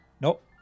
Nope